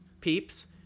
peeps